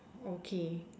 okay